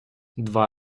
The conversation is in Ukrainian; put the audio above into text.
два